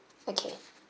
okay